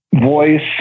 voice